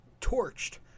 torched